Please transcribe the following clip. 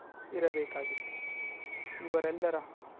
ಇರಬೇಕಾಗಿತ್ತು ಇವರೆಲ್ಲರ